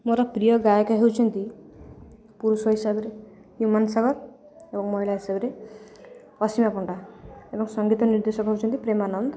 ମୋର ପ୍ରିୟ ଗାୟକ ହେଉଛନ୍ତି ପୁରୁଷ ହିସାବରେ ହ୍ୟୁମାନ ସାଗର ଏବଂ ମହିଳା ହିସାବରେ ଅସୀମା ପଣ୍ଡା ଏବଂ ସଙ୍ଗୀତ ନିର୍ଦ୍ଦେଶକ ହେଉଛନ୍ତି ପ୍ରେମାନନ୍ଦ